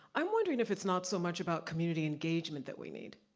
i'm wondering if it's not so much about community engagement that we need.